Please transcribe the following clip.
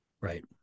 Right